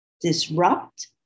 disrupt